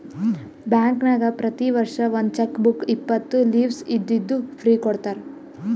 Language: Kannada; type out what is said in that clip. ಬ್ಯಾಂಕ್ನಾಗ್ ಪ್ರತಿ ವರ್ಷ ಒಂದ್ ಚೆಕ್ ಬುಕ್ ಇಪ್ಪತ್ತು ಲೀವ್ಸ್ ಇದ್ದಿದ್ದು ಫ್ರೀ ಕೊಡ್ತಾರ